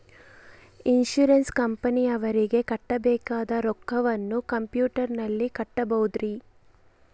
Insurance ಕಂಪನಿಯವರಿಗೆ ಕಟ್ಟಬೇಕಾದ ರೊಕ್ಕವನ್ನು ಕಂಪ್ಯೂಟರನಲ್ಲಿ ಕಟ್ಟಬಹುದ್ರಿ?